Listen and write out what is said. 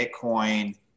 Bitcoin